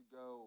go